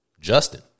Justin